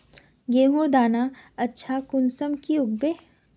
गेहूँर दाना अच्छा कुंसम के उगबे?